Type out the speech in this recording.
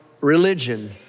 religion